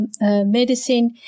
medicine